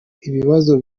ibibazo